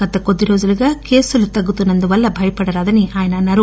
గత కొద్ది రోజులుగా కేసులు తగ్గుతున్నందువల్ల భయపడరాదనీ ఆయన అన్సారు